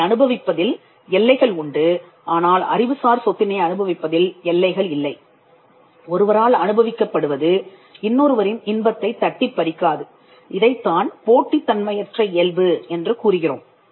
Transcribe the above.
அதை அனுபவிப்பதில் எல்லைகள் உண்டு ஆனால் அறிவுசார் சொத்தினை அனுபவிப்பதில் எல்லைகள் இல்லை ஒருவரால் அனுபவிக்கப் படுவது இன்னொருவரின் இன்பத்தை தட்டிப் பறிக்காது இதைத்தான் போட்டி தன்மையற்ற இயல்பு என்று கூறுகிறோம்